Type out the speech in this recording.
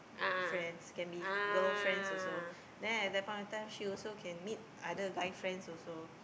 friends can be girl friends also then at the point of time she can meet other guy friends also